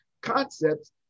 concepts